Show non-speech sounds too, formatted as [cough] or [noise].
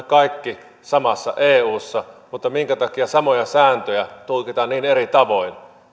[unintelligible] kaikki samassa eussa minkä takia samoja sääntöjä tulkitaan niin eri tavoin